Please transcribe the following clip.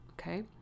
Okay